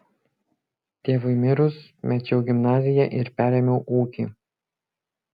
tėvui mirus mečiau gimnaziją ir perėmiau ūkį